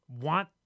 want